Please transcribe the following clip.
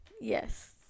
Yes